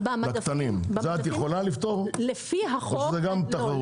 את זה את יכולה לפתור או שזה גם תחרות?